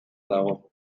dago